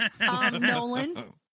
Nolan